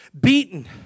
Beaten